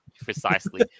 Precisely